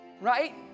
right